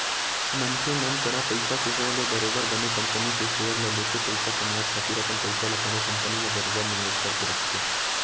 मनखे मन करा पइसा के होय ले बरोबर बने कंपनी के सेयर ल लेके पइसा कमाए खातिर अपन पइसा ल कोनो कंपनी म बरोबर निवेस करके रखथे